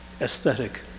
aesthetic